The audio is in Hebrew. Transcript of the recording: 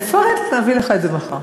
נפרט, נביא לך את זה מחר,